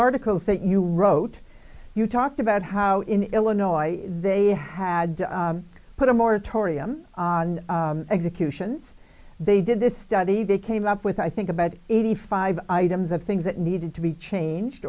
articles thank you wrote you talked about how in illinois they had put a moratorium on executions they did this study they came up with i think about eighty five items of things that needed to be changed